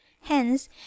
hence